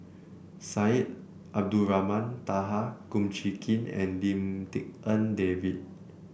Syed Abdulrahman Taha Kum Chee Kin and Lim Tik En David